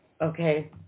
okay